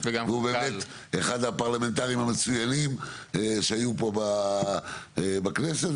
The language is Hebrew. והוא באמת אחד הפרלמנטרים המצוינים שהיו פה בכנסת,